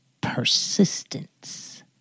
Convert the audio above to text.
Persistence